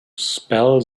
spell